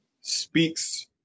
speaks